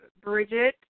Bridget